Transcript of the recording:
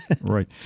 Right